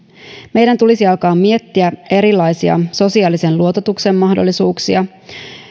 meidän tulisi alkaa miettiä erilaisia sosiaalisen luototuksen mahdollisuuksia